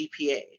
GPA